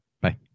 Bye